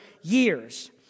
years